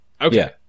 Okay